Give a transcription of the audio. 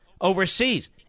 overseas